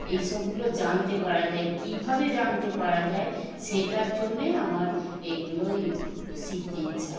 এই সবগুলো জানতে পারা যায় কীভাবে জানতে পারা যায় সেটার জন্যেই আমার এইগুলোই শিখতে ইচ্ছা